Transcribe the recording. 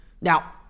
Now